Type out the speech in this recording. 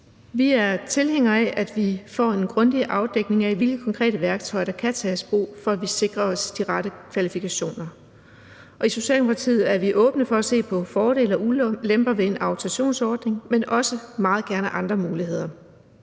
Vi er tilhængere af, at vi får en grundig afdækning af, hvilke konkrete værktøjer der kan tages i brug for, at vi sikrer os de rette kvalifikationer. I Socialdemokratiet er vi åbne for at se på fordele og ulemper ved en autorisationsordning, men også meget gerne andre muligheder,